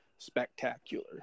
spectacular